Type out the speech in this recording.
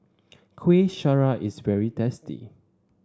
Kuih Syara is very tasty